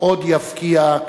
עוד יבקע".